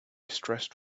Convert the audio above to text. stressed